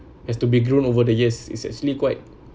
as to be grown over the years is actually quite